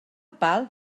pal